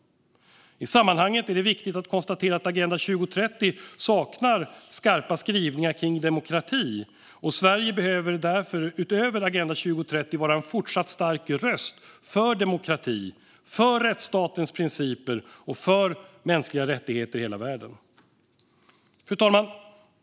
I sammanhanget är det viktigt att konstatera att Agenda 2030 saknar skarpa skrivningar kring demokrati. Sverige behöver därför utöver Agenda 2030 vara en fortsatt stark röst för demokrati, för rättsstatens principer och för mänskliga rättigheter i hela världen. Fru talman!